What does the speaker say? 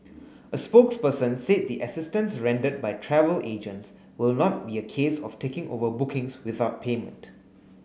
a spokesperson said the assistance rendered by travel agents will not be a case of taking over bookings without payment